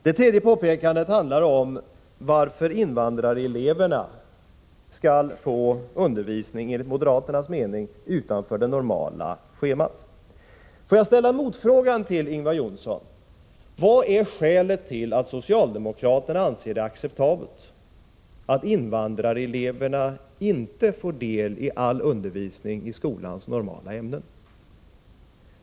Det tredje påpekandet handlade om varför invandrareleverna skall få undervisning utanför det normala schemat enligt moderaternas mening. Får jag ställa en motfråga till Ingvar Johnsson: Vad är skälet till att socialdemokraterna anser det acceptabelt att invandrareleverna inte får del i all undervisning i skolans normala ämnen?